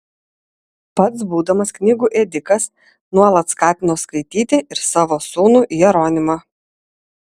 pats būdamas knygų ėdikas nuolat skatino skaityti ir savo sūnų jeronimą